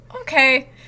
Okay